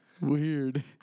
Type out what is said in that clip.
Weird